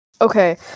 Okay